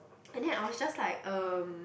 and then I was just like um